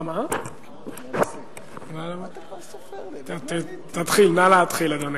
נא להתחיל, אדוני.